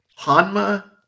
Hanma